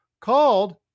called